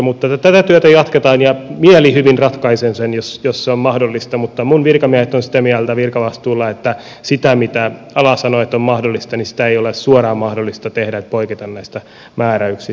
mutta tätä työtä jatketaan ja mielihyvin ratkaisen sen jos se on mahdollista mutta minun virkamieheni ovat sitä mieltä virkavastuulla että sitä mistä ala sanoo että on mahdollista ei ole suoraan mahdollista tehdä poiketa näistä määräyksistä